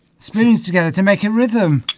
spoons together to make it rhythm